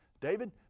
David